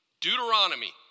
Deuteronomy